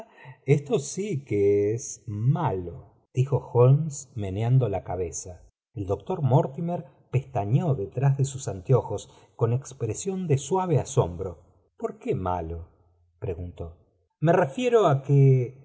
esto sí que es malo dijo ijolmes meneando la cabeza el doctor mortimer pestañeó detrás de sus anteojos con expresión de suave asombro por qué malo preguntó me refiero á que